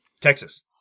Texas